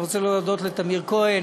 אני רוצה להודות לטמיר כהן